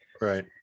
Right